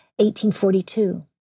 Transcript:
1842